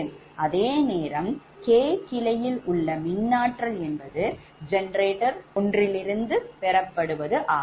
அதேநேரம் k கிளையில் உள்ள மின் ஆற்றல் என்பது ஜெனரேட்டர் ஒன்றில் இருந்து பெறப்படுவது ஆகும்